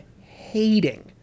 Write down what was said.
hating